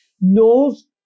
knows